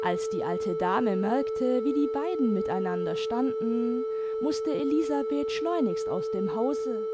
als die alte dame merkte wie die beiden miteinander standen mußte elisabeth schleunigst aus dem hause